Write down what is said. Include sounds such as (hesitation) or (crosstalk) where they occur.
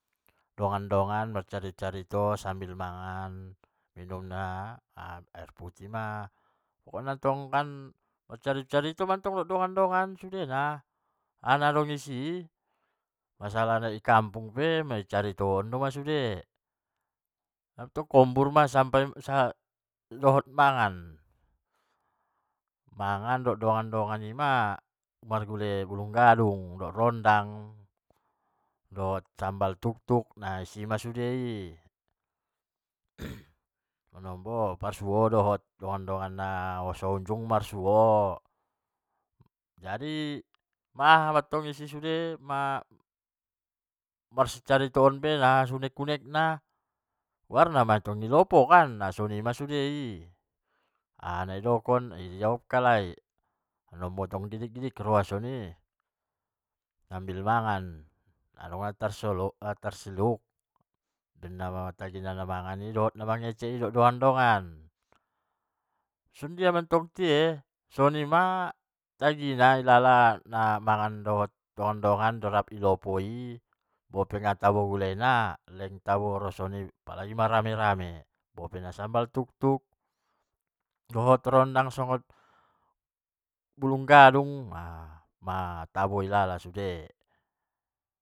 Pala manyogot ma, biasana (hesitation) mangan sarapan, sarapan, anggo on inda, paling siang mangan, malam nai na tottu, mangan inda so mangan, manombo mangan manombo inda, (noise) pala manombo tong soni ma, kehe iba tu lopo, mangan indomie dohot aha tolor, napotting tong mangganjal boltok niba, ulang masuk angin, manjago hon sude so sehat iba, daripada marun nang pature ture iba i son, naung be, makehe sude di tuduk manuk, biasana pala manyogot, sarapan, manombo inda, pala kotu nai kehe tu warung parjagal indahan tar songon warteg (hesitation) manombu tong kan bahat disi gule na isi marmocom mocom tarsongon rondang bolut, rondang aha sude, aha do, (hesitation) bolut dohot ikan sale, bulung gadung na diduda, (hesitation) ima gule niba, pas nakkin kotu i parsuo dohot.